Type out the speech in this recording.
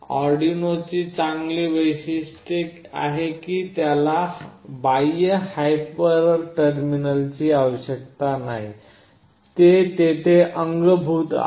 आर्डिनोची चांगली वैशिष्ट्य आहे की त्याला बाह्य हायपर टर्मिनलची आवश्यकता नाही ते तेथे अंगभूत आहे